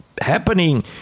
happening